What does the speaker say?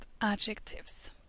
adjectives